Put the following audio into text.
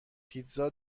پیتزا